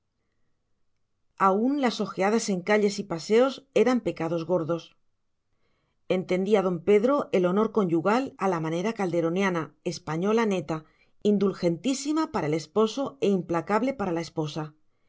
aún las ojeadas en calles y paseos eran pecados gordos entendía don pedro el honor conyugal a la manera calderoniana española neta indulgentísima para el esposo e implacable para la esposa